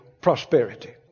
prosperity